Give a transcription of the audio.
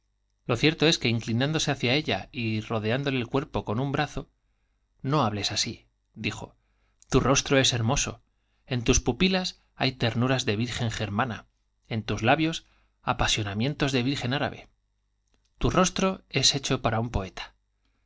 pelo incli es que nándose hacia ella y rodeándole el cuerpo con un brazo no hables así dijo tu rostro es hermoso en tus pupilas hay ternuras de virgen en tus labios apasionamientos de virgen germana árabe tu rostro es hecho para un poeta